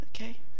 Okay